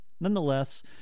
nonetheless